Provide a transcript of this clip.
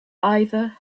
either